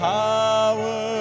power